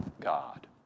God